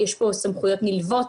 יש פה סמכויות נלוות,